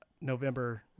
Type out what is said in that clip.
November